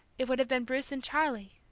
it would have been bruce and charlie.